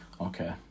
Okay